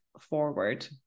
forward